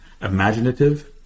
Imaginative